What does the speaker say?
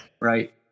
Right